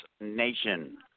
nation